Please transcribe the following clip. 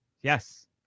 Yes